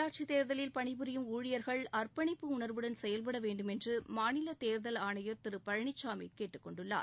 உள்ளாட்சி தேர்தலில் பணிபுரியும் ஊழியர்கள் அர்ப்பணிப்புணர்வுடன் செயல்பட வேண்டும் என்று மாநில தேர்தல் ஆணையர் திரு பழனிச்சாமி கேட்டுக் கொண்டுள்ளார்